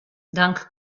dank